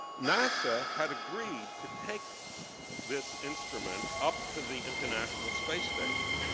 nasa had agreed to take this instrument up to the international space station.